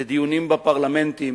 בדיונים בפרלמנטים,